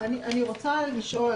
אני רוצה לשאול.